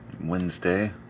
Wednesday